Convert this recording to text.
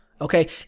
Okay